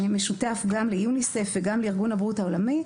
שמשותף גם ליוניסף וגם לארגון הבריאות העולמי,